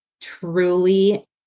truly